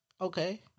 Okay